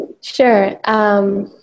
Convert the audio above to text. Sure